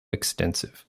extensive